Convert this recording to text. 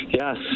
Yes